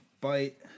bite